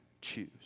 choose